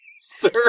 sir